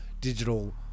digital